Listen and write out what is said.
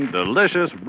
delicious